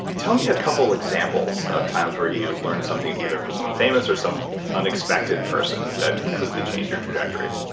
tell me a couple examples of times where you learned something either from someone famous or some unexpected person that completely changed your trajectory